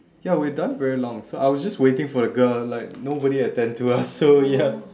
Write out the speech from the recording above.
ya we're done very long so I was just waiting for the girl like nobody attend to us so ya